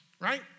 right